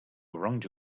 wronged